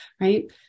Right